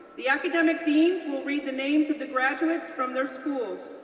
the academic deans will read the names of the graduates from their schools.